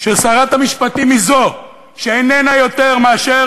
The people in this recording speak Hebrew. ששרת המשפטים היא זו שאיננה יותר מאשר